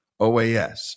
OAS